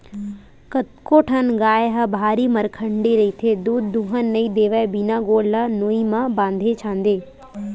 कतको ठन गाय ह भारी मरखंडी रहिथे दूद दूहन नइ देवय बिना गोड़ ल नोई म बांधे छांदे